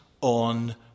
on